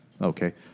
Okay